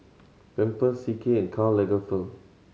Pampers C K and Karl Lagerfeld